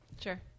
Sure